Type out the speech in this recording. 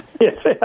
Yes